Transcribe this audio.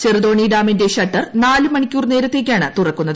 ചെറുതോണി ഡാമിന്റെ ഷട്ടർ നാലു മണിക്കൂർ നേരത്തേക്കാണ് തുറക്കുന്നത്